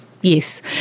Yes